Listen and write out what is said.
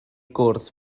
gwrdd